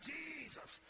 Jesus